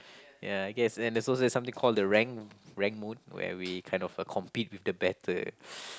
ya I guess and there's also like something called the rank rank mode where we kind of uh compete with the better